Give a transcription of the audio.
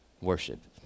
worship